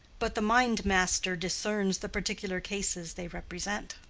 but the mind-master discerns the particular cases they represent.